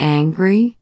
angry